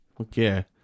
Okay